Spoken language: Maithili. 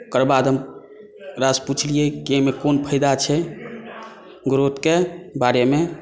ओकर बाद हम ओकरासँ पुछलियै कि एहिमे कोन फायदा छै ग्रोथके बारेमे